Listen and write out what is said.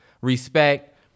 respect